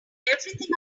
everything